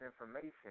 information